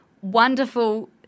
wonderful